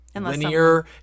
linear